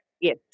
Yes